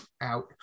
out